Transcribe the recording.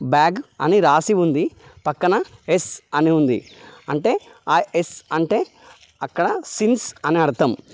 bag అని రాసి ఉంది పక్కన ఎస్ అని ఉంది అంటే ఎస్ అంటే అక్కడ సిన్స్ అని అర్థం